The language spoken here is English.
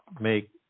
make